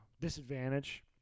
disadvantage